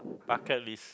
bucket list